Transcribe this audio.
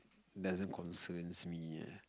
doesn't concerns me